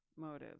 motives